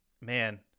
man